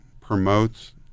promotes